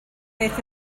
beth